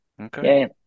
Okay